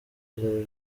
ijoro